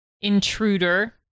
Intruder